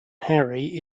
harry